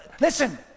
Listen